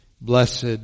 Blessed